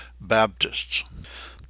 Baptists